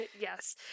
yes